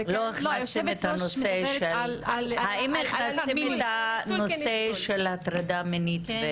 זה כן --- האם הכנסתם את הנושא של הטרדה מינית?